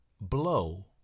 blow